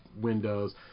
windows